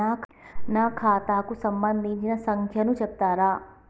నా ఖాతా కు సంబంధించిన సంఖ్య ను చెప్తరా?